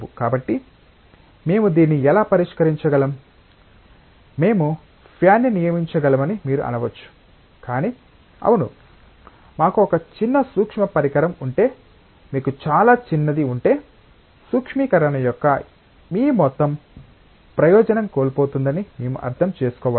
కాబట్టి మేము దీన్ని ఎలా పరిష్కరించగలం మేము ఫ్యాన్ ని నియమించగలమని మీరు అనవచ్చు కాని అవును మాకు ఒక చిన్న సూక్ష్మ పరికరం ఉంటే మీకు చాలా చిన్నది ఉంటే సూక్ష్మీకరణ యొక్క మీ మొత్తం ప్రయోజనం కోల్పోతుందని మేము అర్థం చేసుకోవాలి